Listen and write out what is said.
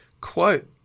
quote